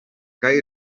kaj